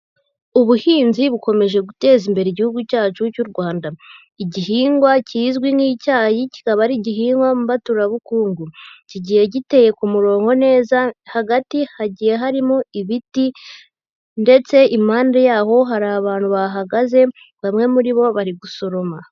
Ubuhinzi bukomeje guteza imbere Igihugu cyacu cy'u Rwanda. Igihingwa kizwi nk'icyayi kikaba ari igihingwa mbaturabukungu. Kigiye giteye ku murongo neza hagati hagiye harimo ibiti, ndetse impande yaho hari abantu bahahagaze, bamwe muri bo bari gusoroma.